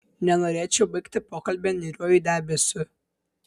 nenorėčiau baigti pokalbio niūriuoju debesiu